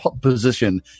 position